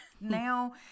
Now